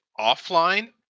offline